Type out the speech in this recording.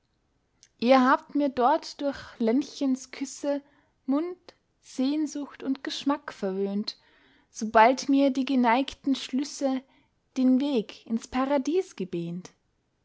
ihr habt mir dort durch lenchens küsse mund sehnsucht und geschmack verwöhnt sobald mir die geneigten schlüsse den weg ins paradies gebähnt